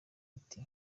ati